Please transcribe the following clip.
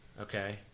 Okay